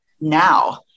now